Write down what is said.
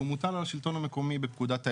הוא מוטל על השלטון המקומי בפקודת העיריות.